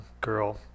girl